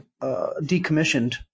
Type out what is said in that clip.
decommissioned